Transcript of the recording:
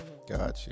gotcha